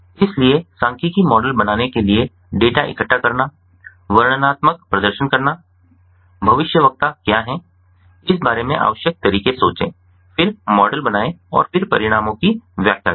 इसलिए सांख्यिकीय मॉडल बनाने के लिए डेटा इकट्ठा करना वर्णनात्मक प्रदर्शन करना भविष्यवक्ता क्या हैं इस बारे में आवश्यक तरीके सोचें फिर मॉडल बनाएं और फिर परिणामों की व्याख्या करें